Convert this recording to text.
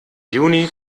juni